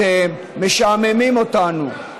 אתם משעממים אותנו.